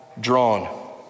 drawn